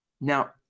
Now